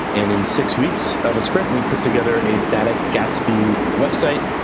and in six weeks of a sprint, and we put together a static gatsby website.